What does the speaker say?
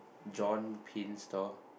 John Pin store